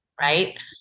right